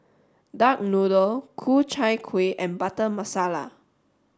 duck noodle Ku Chai Kueh and Butter Masala